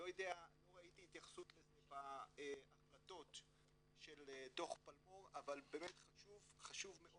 לא ראיתי התייחסות לזה בהחלטות של דו"ח פלמור אבל חשוב מאוד